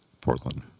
Portland